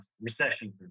recession